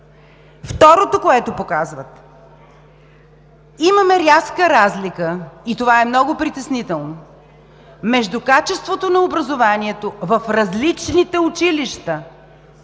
Второто, което показват: имаме рязка разлика и това е много притеснително между качеството на образованието в различните училища,